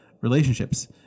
relationships